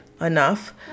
enough